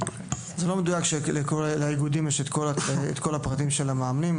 זה לא מדויק שלאיגודים יש את כל הפרטים של המאמנים.